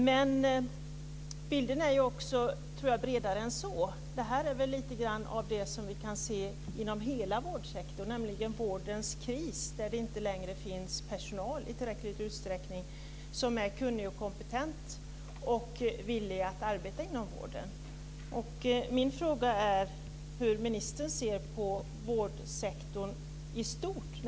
Men jag tror att bilden är bredare än så. Det här är väl lite grann av det som vi kan se inom hela vårdsektorn, nämligen vårdens kris. Det finns inte längre personal i tillräcklig utsträckning som är kunnig, kompetent och villig att arbeta inom vården.